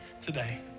today